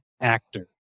actor